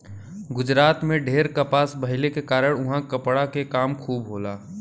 गुजरात में ढेर कपास भइले के कारण उहाँ कपड़ा के काम खूब होला